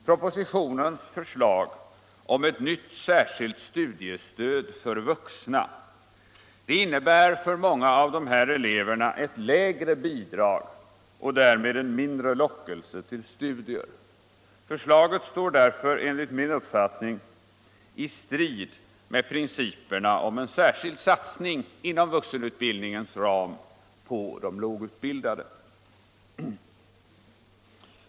Propositionens förslag om ett särskilt studiestöd för vuxna innebär för många av dessa elever ett lägre bidrag och därmed en mindre lockelse till studier. Därför står förslaget enligt min mening i strid med principerna om en särskild satsning inom vuxenutbildningens ram för lågutbildade.